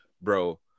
bro